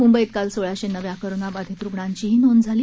मुंबईत काल सोळाशे नव्या कोरोनाबाधित रुग्णांचीही नोंद झाली